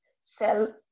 sell